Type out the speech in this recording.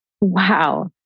Wow